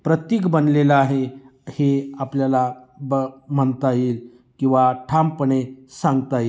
प्रतीक बनलेलं आहे हे आपल्याला ब म्हणता येईल किंवा ठामपणे सांगता येते